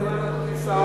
אדוני שר האוצר,